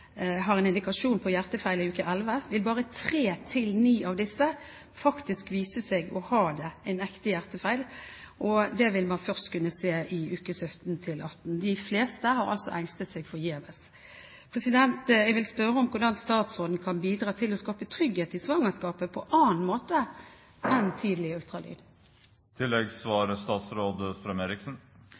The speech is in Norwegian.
har en indikasjon på hjertefeil i uke 11, vil bare tre til ni av barna faktisk vise seg å ha det – en ekte hjertefeil – og det vil man først kunne se i uke 17 til 18. De fleste har altså engstet seg uten grunn. Jeg vil spørre om hvordan statsråden kan bidra til å skape trygghet i svangerskapet på annen måte enn ved tidlig